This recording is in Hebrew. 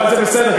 אבל זה בסדר,